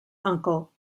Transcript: uncle